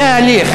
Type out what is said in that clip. זה ההליך.